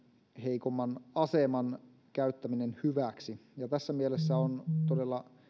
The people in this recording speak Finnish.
heikomman aseman käyttäminen hyväksi tässä mielessä on todella